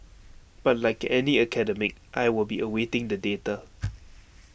but like any academic I will be awaiting the data